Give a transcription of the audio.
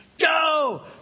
Go